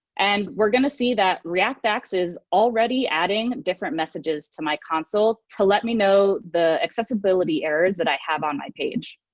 and we are going to see that react-axe is already adding different messages to my console to let me know the accessibility errors that i have on my page.